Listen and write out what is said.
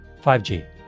5G